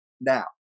now